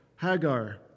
Hagar